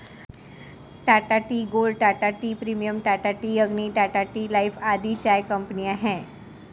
Tata tea gold, Tata tea premium, Tata tea Agni, Tata tea life आदि चाय कंपनियां है